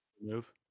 move